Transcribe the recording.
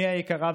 אימי היקרה,